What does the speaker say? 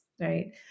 right